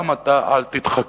גם אתה אל תתחכם.